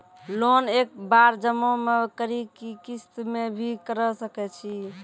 Loan एक बार जमा म करि कि किस्त मे भी करऽ सके छि?